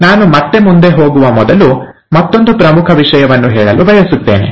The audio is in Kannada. ನಾನು ಮತ್ತೆ ಮುಂದೆ ಹೋಗುವ ಮೊದಲು ಮತ್ತೊಂದು ಪ್ರಮುಖ ವಿಷಯವನ್ನು ಹೇಳಲು ಬಯಸುತ್ತೇನೆ